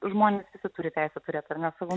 žmonės turi teisę turėt ar ne savo